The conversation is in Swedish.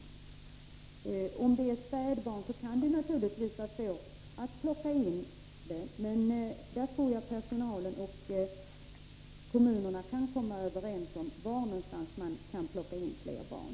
Ifall det är fråga om spädbarn kan det naturligtvis vara svårt att ta in fler. Men jag tror att personalen och kommunerna kan komma överens om var någonstans man kan plocka in fler barn.